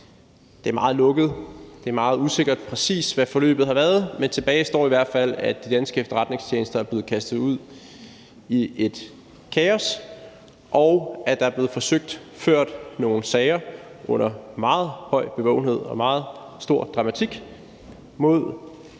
Det er meget lukket, og det er meget usikkert, præcis hvad forløbet har været, men tilbage står i hvert fald, at de danske efterretningstjenester er blevet kastet ud i et kaos, og at der er blevet forsøgt ført nogle sager under meget høj bevågenhed og meget stor dramatik mod Claus